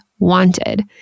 wanted